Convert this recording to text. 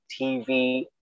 tv